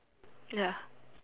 ya